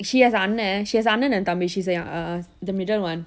she has a annan she has a annan and thambi she's uh the middle one